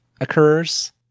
occurs